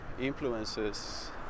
influences